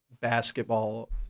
basketball